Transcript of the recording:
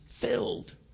filled